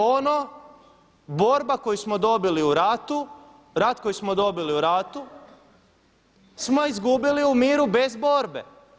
Ono borba koju smo dobili u ratu, rat koji smo dobili u ratu smo izgubili u miru bez borbe.